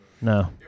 No